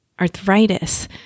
arthritis